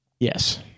Yes